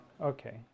Okay